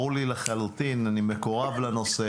ברור לי לחלוטין אני מקורב לנושא